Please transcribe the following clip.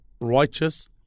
righteous